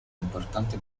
importante